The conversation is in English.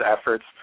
efforts